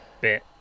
bit